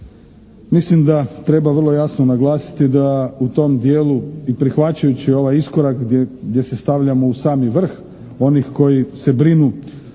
Mislim da treba vrlo jasno naglasiti da u tom dijelu i prihvaćajući ovaj iskorak gdje se stavljamo u sami vrh onih koji se brinu